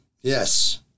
Yes